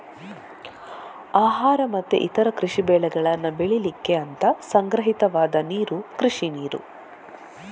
ಆಹಾರ ಮತ್ತೆ ಇತರ ಕೃಷಿ ಬೆಳೆಗಳನ್ನ ಬೆಳೀಲಿಕ್ಕೆ ಅಂತ ಸಂಗ್ರಹಿತವಾದ ನೀರು ಕೃಷಿ ನೀರು